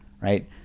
right